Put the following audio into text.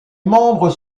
membres